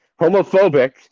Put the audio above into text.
Homophobic